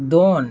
ᱫᱚᱱ